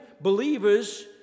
believers